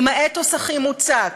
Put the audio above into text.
עם האתוס הכי מוצק,